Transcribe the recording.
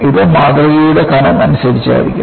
ഇത് മാതൃകയുടെ കനം അനുസരിച്ചായിരിക്കും